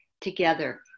together